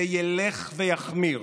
זה ילך ויחמיר.